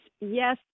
Yes